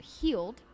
healed